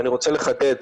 אני רוצה לחדד,